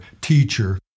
teacher